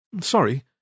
Sorry